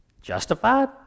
Justified